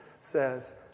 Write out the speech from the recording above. says